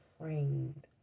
framed